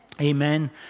Amen